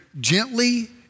gently